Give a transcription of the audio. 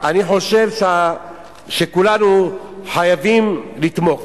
אני חושב שכולנו חייבים לתמוך.